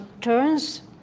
turns